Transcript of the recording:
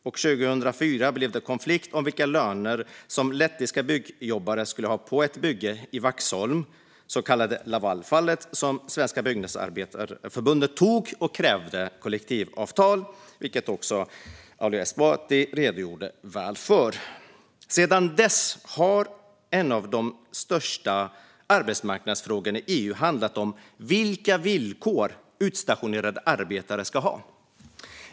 År 2004 blev det konflikt om vilka löner lettiska byggjobbare skulle ha på ett bygge i Vaxholm. Det var det så kallade Lavalfallet där Svenska Byggnadsarbetareförbundet krävde kollektivavtal, vilket också Ali Esbati redogjorde väl för. Sedan dess har en av de största arbetsmarknadsfrågorna i EU handlat om vilka villkor utstationerade arbetare ska ha.